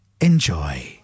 Enjoy